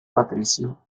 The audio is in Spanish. patricio